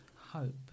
hope